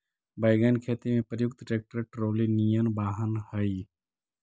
wagon खेती में प्रयुक्त ट्रैक्टर ट्रॉली निअन वाहन हई